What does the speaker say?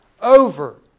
over